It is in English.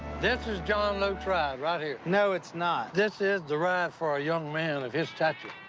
this is john luke's ride. right here. no, it's not. this is the ride for a young man of his stature.